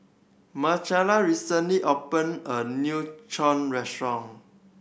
Marcela recently opened a new restaurant